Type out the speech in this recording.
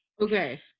Okay